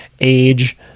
age